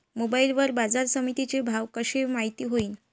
Mobile वर बाजारसमिती चे भाव कशे माईत होईन?